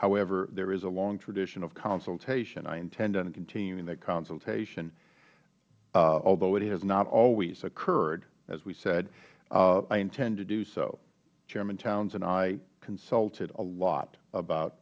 however there is a long tradition of consultation i intend to on continuing that consultation although it has not always occurred as we said i intend to do so chairman towns and i consulted a lot about